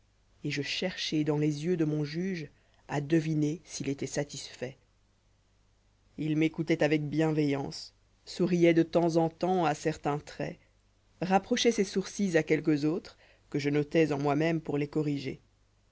et je cherchai dans les yeux de mon j uge à deviner s'il étoit satisfait il m'écoutoit avec bienveillance sourioit de temps en temps à certains traits rapprochoit ses sourcils à quelques autres que je notois en moi-même pour les corriger